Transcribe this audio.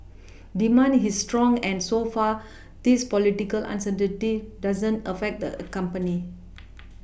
demand his strong and so far this political uncertainty doesn't affect the a company